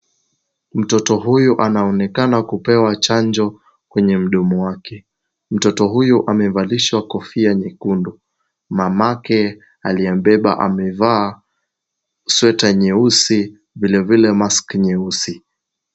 Mtoto huyu anaonekana kupewa chanjo kwenye mdomo wake. Mtoto huyu amevalishwa kofia nyekundu, mamake aliyembeba amevaa sweta nyeusi vilevile (cs)mask(cs) nyeusi.